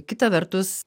kita vertus